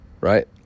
Right